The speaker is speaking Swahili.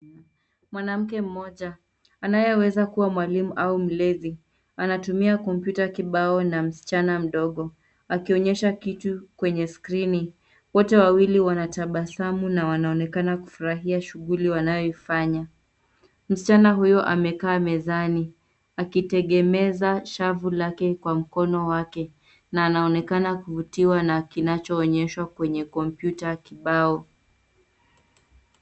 Mwanamke mmoja, anayeweza kuwa mwalimu au mlevi, anatumia kompyuta kibao na msichana mdogo, akionyesha kitu kwenye skrini. Wote wawili wanatabasamu na wanaonekana kufurahia shughuli wanayoifanya. Msichana huyo amekaa mezani, akitegemeza shavu lake kwa mkono wake, na anaonekana kuvutiwa na kinachoonyeshwa kwenye kompyuta kibao.